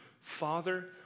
father